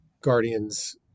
Guardians